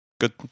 Good